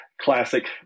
classic